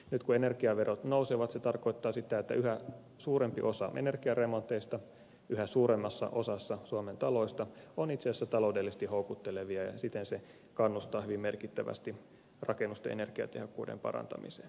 nyt kun energiaverot nousevat se tarkoittaa sitä että yhä suurempi osa energiaremonteista yhä suuremmassa osassa suomen taloista on itse asiassa taloudellisesti houkuttelevia ja siten se kannustaa hyvin merkittävästi rakennusten energiatehokkuuden parantamiseen